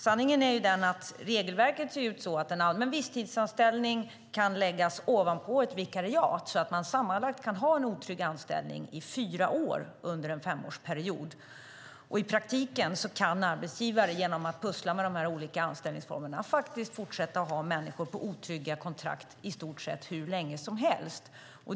Sanningen är att regelverket ser ut så att en allmän visstidsanställning kan läggas ovanpå ett vikariat så att man sammanlagt kan ha en otrygg anställning i fyra år under en femårsperiod. I praktiken kan arbetsgivare genom att pussla med de här anställningsformerna faktiskt fortsätta att ha människor på otrygga kontrakt i stort sett hur länge som helst.